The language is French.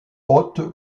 haute